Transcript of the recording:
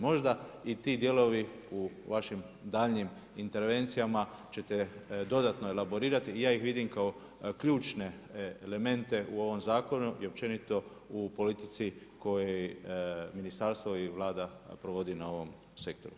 Možda i ti dijelovi u vašim daljnjim intervencijama ćete dodatno elaborirati i ja ih vidim kao ključne elemente u ovom zakonu i općenito u politici koje i ministarstvo i Vlada provodi na ovom sektoru.